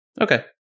Okay